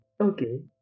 Okay